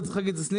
צריך להגיד את זה.